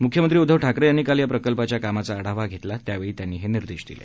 मुख्यमंत्री उद्दव ठाकरे यांनी काल या प्रकल्पाचा कामाचा आढावा घेतला त्यावेळी त्यांनी हे निर्देश दिले